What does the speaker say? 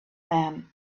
man